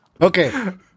Okay